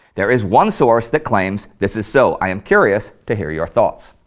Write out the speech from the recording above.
there is one source that claims this is so. i'm curious to hear your thoughts.